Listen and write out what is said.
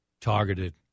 targeted